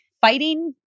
fighting